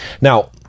now